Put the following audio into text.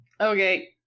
Okay